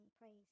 praise